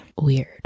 Weird